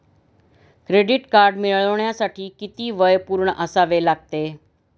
Credit card मिळवण्यासाठी किती वय पूर्ण असावे लागते?